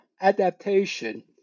adaptation